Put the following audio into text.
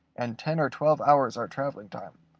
and ten or twelve hours our traveling time,